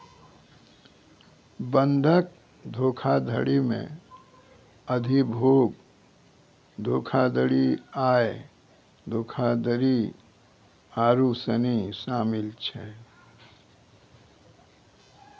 बंधक धोखाधड़ी मे अधिभोग धोखाधड़ी, आय धोखाधड़ी आरु सनी शामिल छै